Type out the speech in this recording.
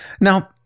Now